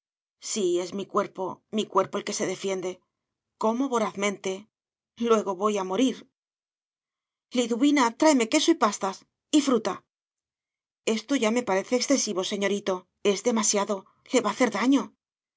sí es mi cuerpo mi cuerpo el que se defiende como vorazmente luego voy a morir liduvina tráeme queso y pastas y fruta esto ya me parece excesivo señorito es demasiado le va a hacer daño